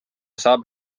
saab